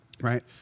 Right